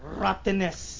rottenness